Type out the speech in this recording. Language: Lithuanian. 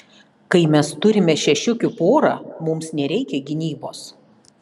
kai mes turime šešiukių porą mums nereikia gynybos